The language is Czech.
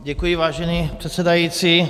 Děkuji, vážený předsedající.